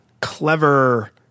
clever